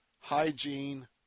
hygiene